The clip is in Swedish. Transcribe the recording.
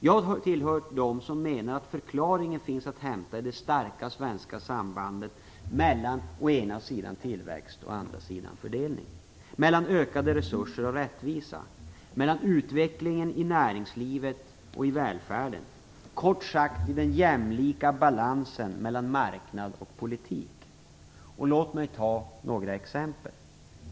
Jag tillhör dem som tror att förklaringen finns att hämta i det starka svenska sambandet mellan å ena sidan tillväxt och å andra sidan fördelning, mellan ökade resurser och rättvisa, mellan utvecklingen i näringslivet och välfärden, kort sagt i den jämlika balansen mellan marknad och politik. Låt mig ta några exempel.